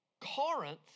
Corinth